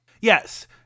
Yes